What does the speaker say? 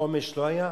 מחומש לא היתה